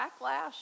backlash